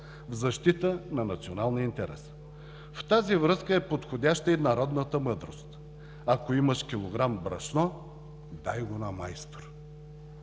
в защита на националния интерес. В тази връзка е подходяща и народната мъдрост „Ако имаш килограм брашно, дай го на майстор.“